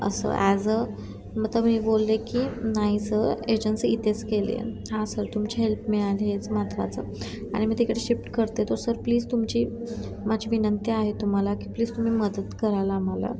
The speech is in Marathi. असं ॲज अ मग तर मी बोलले की नाही सर एजन्सी इथेच केली आहे हां सर तुमची हेल्प मिळाली हेच महत्वाचं आणि मी तिकडे शिफ्ट करते तो सर प्लीज तुमची माझी विनंती आहे तुम्हाला की प्लीज तुम्ही मदत कराल आम्हाला